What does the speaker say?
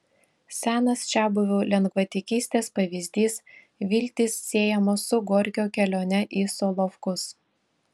senas čiabuvių lengvatikystės pavyzdys viltys siejamos su gorkio kelione į solovkus